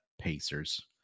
Pacers